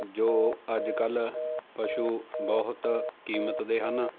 ਜੋ ਅੱਜ ਕੱਲ੍ਹ ਪਸ਼ੂ ਬਹੁਤ ਕੀਮਤ ਦੇ ਹਨ